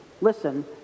listen